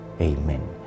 Amen